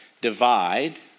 divide